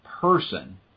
person